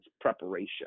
preparation